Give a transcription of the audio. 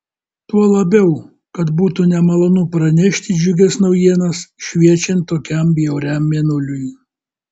tuo labiau kad būtų nemalonu pranešti džiugias naujienas šviečiant tokiam bjauriam mėnuliui